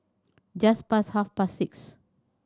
just past half past six